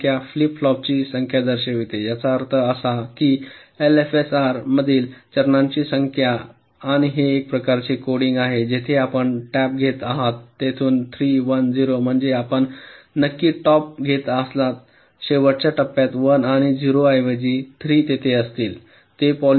ही संख्या फ्लिप फ्लॉपची संख्या दर्शवते याचा अर्थ असा की एलएफएसआर मधील चरणांची संख्या आणि हे एक प्रकारचे कोडिंग आहे जेथे आपण टॅप घेत आहात तेथून ३ 1 0 म्हणजे आपण नक्कीच टॅप घेत आहात शेवटच्या टप्प्यात 1 आणि 0 ऐवजी 3 तेथे असतील